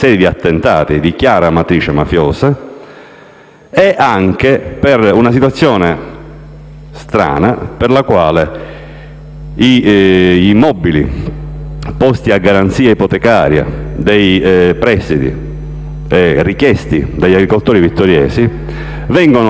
sia per una situazione strana per la quale gli immobili posti a garanzia ipotecaria dei prestiti richiesti dagli agricoltori vittoriesi vengono regolarmente venduti a